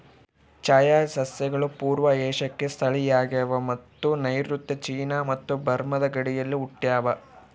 ಚಹಾ ಸಸ್ಯಗಳು ಪೂರ್ವ ಏಷ್ಯಾಕ್ಕೆ ಸ್ಥಳೀಯವಾಗವ ಮತ್ತು ನೈಋತ್ಯ ಚೀನಾ ಮತ್ತು ಬರ್ಮಾದ ಗಡಿಯಲ್ಲಿ ಹುಟ್ಟ್ಯಾವ